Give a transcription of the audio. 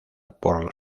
por